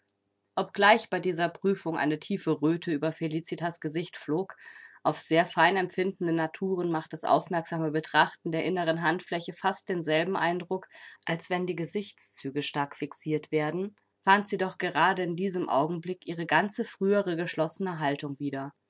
obgleich bei dieser prüfung eine tiefe röte über felicitas gesicht flog auf sehr fein empfindende naturen macht das aufmerksame betrachten der inneren handfläche fast denselben eindruck als wenn die gesichtszüge stark fixiert werden fand sie doch gerade in diesem augenblick ihre ganze frühere geschlossene haltung wieder